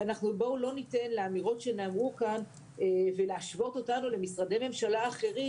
ובואו לא ניתן לאמירות שנאמרו כאן או להשוות אותנו למשרדי ממשלה אחרים,